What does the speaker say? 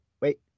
wait